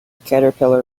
caterpillar